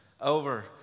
over